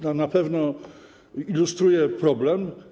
Na pewno też ilustruje problem.